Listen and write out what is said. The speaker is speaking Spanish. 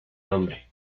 nombre